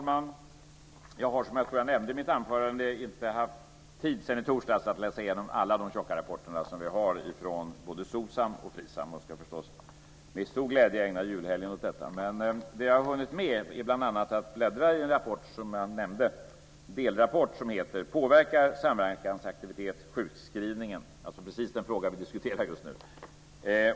Fru talman! Som jag tror jag nämnde i mitt anförande har jag inte haft tid sedan i torsdags att läsa igenom alla de tjocka rapporterna som finns både från Socsam och Frisam. Jag ska förstås med stor glädje ägna julhelgen åt detta. Det jag har hunnit med är bl.a. att, som jag nämnde, bläddra i en delrapport som heter Påverkar samverkansaktivitet sjukskrivningen?, dvs. precis den fråga vi diskuterar just nu.